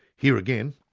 here again,